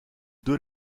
deux